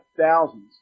thousands